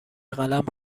قلم